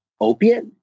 opiate